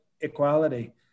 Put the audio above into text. equality